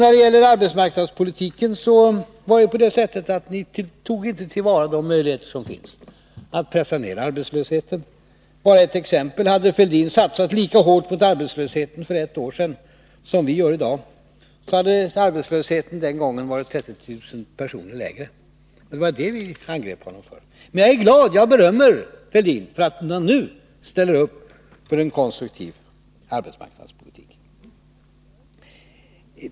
När det gäller arbetsmarknadspolitiken tog ni inte till vara de möjligheter som finns för att pressa ner arbetslösheten. Hade Thorbjörn Fälldin satsat lika hårt på åtgärder mot arbetslösheten för ett år sedan som vi gör i dag, hade antalet arbetslösa då varit 30 000 personer lägre. Det var detta vi angrep honom för. Men jag är glad och berömmer Thorbjörn Fälldin för att han nu ställer upp för en konstruktiv arbetsmarknadspolitik.